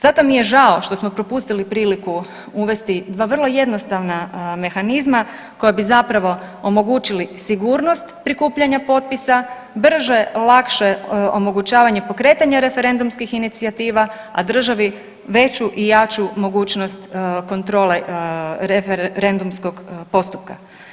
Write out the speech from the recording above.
Zato mi je žao što smo propustili priliku uvesti dva vrlo jednostavna mehanizma koja bi zapravo omogućili sigurnost prikupljanja potpisa, brže, lakše omogućavanja pokretanja referendumskih inicijativa, a državi veću i jaču mogućnost kontrole referendumskog postupka.